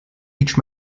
each